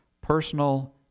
personal